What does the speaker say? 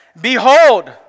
behold